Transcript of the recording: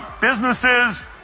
businesses